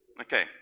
Okay